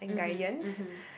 mmhmm mmhmm